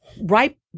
right